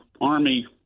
Army